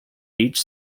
beach